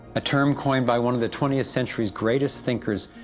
a term coined by one of the twentieth century's greatest thinkers,